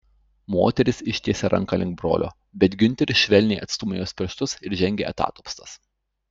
moteris ištiesė ranką link brolio bet giunteris švelniai atstūmė jos pirštus ir žengė atatupstas